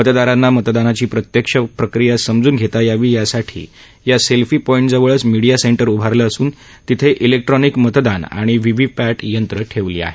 मतदारांना मतदानाची प्रत्यक्ष प्रत्यक्ष प्रक्रिया समजून घेता यावी यासाठी या सेल्फी पॉईंट जवळच मिडिया सेंटर उभारलं असून तिथे इलेक्ट्रॉनिक मतदान व्हीव्हीपॅट यंत्र ठेवली आहेत